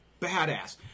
badass